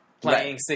playing